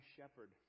Shepherd